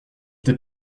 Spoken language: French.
t’ai